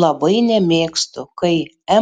labai nemėgstu kai